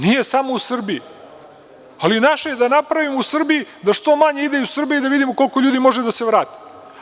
Nije samo u Srbiji, ali naše je da napravimo u Srbiji da što manje ide iz Srbije i da vidimo koliko ljudi može da se vrati.